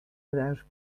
without